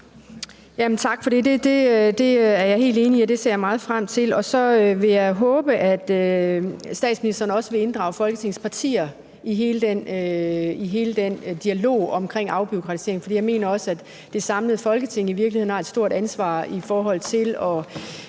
Tak for det. Det er jeg helt enig i, og det ser meget frem til. Så vil jeg håbe, at statsministeren også vil inddrage Folketingets partier i hele den dialog om afbureaukratisering, for jeg mener også, at det samlede Folketing i virkeligheden har et stort ansvar i forhold til